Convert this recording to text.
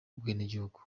ubwenegihugu